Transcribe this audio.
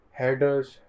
headers